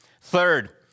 Third